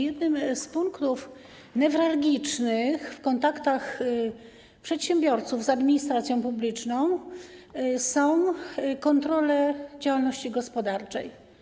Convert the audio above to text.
Jednymi z newralgicznych punktów w kontaktach przedsiębiorców z administracją publiczną są kontrole działalności gospodarczej.